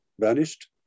vanished